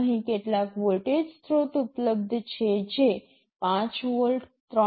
અહીં કેટલાક વોલ્ટેજ સ્રોત ઉપલબ્ધ છે જે ૫ વોલ્ટ ૩